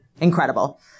incredible